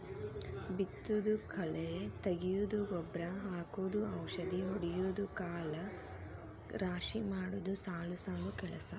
ಬಿತ್ತುದು ಕಳೆ ತಗಿಯುದು ಗೊಬ್ಬರಾ ಹಾಕುದು ಔಷದಿ ಹೊಡಿಯುದು ಕಾಳ ರಾಶಿ ಮಾಡುದು ಸಾಲು ಸಾಲು ಕೆಲಸಾ